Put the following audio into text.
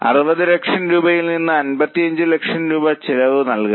60 ലക്ഷം രൂപയിൽ നിന്ന് 55 ലക്ഷം രൂപ ചെലവ് നൽകണം